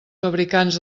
fabricants